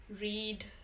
read